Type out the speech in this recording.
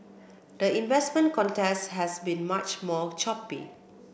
the investment contest has been much more choppy